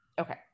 okay